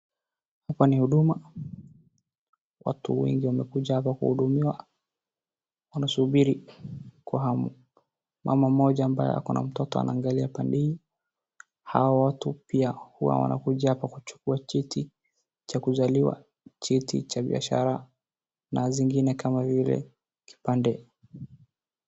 Hapa ni huduma watu wengi wamekuja hapa kuhudumiwa wanasubiri kwa hamu. Mama mmoja ako na mtoto anaangalia pande hii. Hawa watu pia wanakuja hapa kuchukua cheti cha kuzaliwa, cheti cha biashara na zingine kama vile kipande.